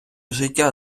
життя